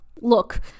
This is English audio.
Look